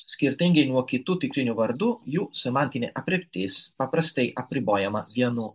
skirtingai nuo kitų tikrinių vardų jų semantinė aprėptis paprastai apribojama vienu